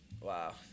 Wow